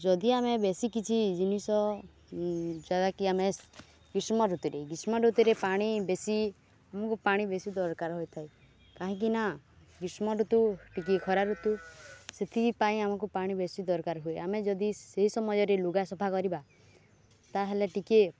ଯଦି ଆମେ ବେଶୀ କିଛି ଜିନିଷ ଯହାାକି ଆମେ ଗ୍ରୀଷ୍ମ ଋତୁରେ ଗ୍ରୀଷ୍ମ ଋତୁରେ ପାଣି ବେଶୀ ଆମକୁ ପାଣି ବେଶୀ ଦରକାର ହୋଇଥାଏ କାହିଁକିନା ଗ୍ରୀଷ୍ମ ଋତୁ ଟିକେ ଖରା ଋତୁ ସେଥିପାଇଁ ଆମକୁ ପାଣି ବେଶୀ ଦରକାର ହୁଏ ଆମେ ଯଦି ସେହି ସମୟରେ ଲୁଗା ସଫା କରିବା ତାହେଲେ ଟିକେ